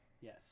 Yes